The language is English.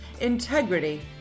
integrity